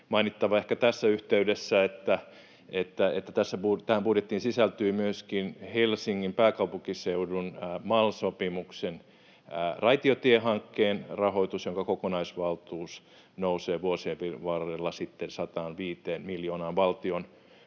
mainittava ehkä tässä yhteydessä, että tähän budjettiin sisältyy myöskin Helsingin, pääkaupunkiseudun MAL-sopimuksen raitiotiehankkeen rahoitus, jonka kokonaisvaltuus nousee vuosien varrella 105 miljoonaan valtion